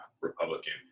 Republican